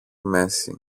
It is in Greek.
μέση